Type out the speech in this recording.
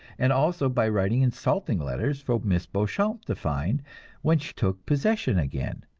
and also by writing insulting letters for miss beauchamp to find when she took possession again.